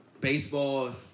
baseball